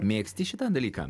mėgsti šitą dalyką